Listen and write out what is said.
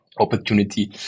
opportunity